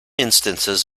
instances